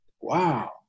wow